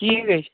ٹھیٖک حظ چھُ